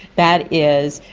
that is,